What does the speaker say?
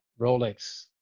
Rolex